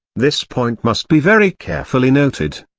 this point must be very carefully noted.